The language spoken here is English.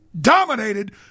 dominated